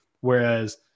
Whereas